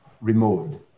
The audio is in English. removed